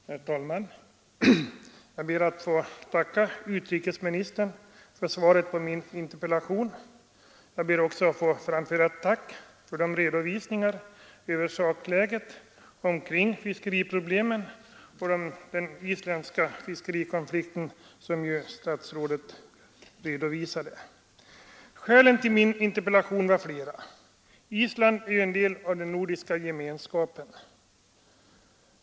Herr talman! Jag ber att få tacka utrikesministern för svaret på min interpellation. Jag ber också att få framföra ett tack för de redovisningar över sakläget kring fiskeriproblemen och den isländska fiskerikonflikten som statsrådet gjorde. Skälen till min interpellation var flera. Island är ju en del av den nordiska gemenskapen.